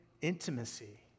intimacy